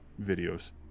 videos